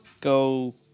go